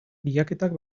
bilaketak